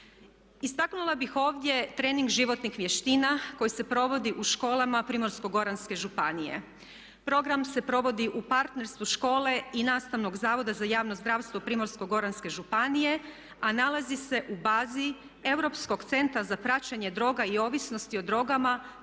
Istaknula bih ovdje trening životnih vještina koji se provodi u školama Primorsko-goranske županije. Program se provodi u partnerstvu škole i nastavnog Zavoda za javno zdravstvo Primorsko-goranske županije, a nalazi se u bazi Europskog centra za praćenje droga i ovisnosti o drogama